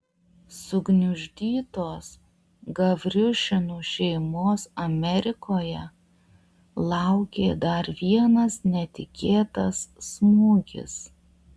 sugniuždytos gavriušinų šeimos amerikoje laukė dar vienas netikėtas smūgis